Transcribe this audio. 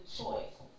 choice